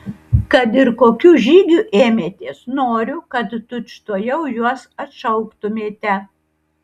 kad ir kokių žygių ėmėtės noriu kad tučtuojau juos atšauktumėte